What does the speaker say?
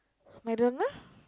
MacDonald